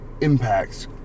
impacts